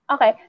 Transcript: Okay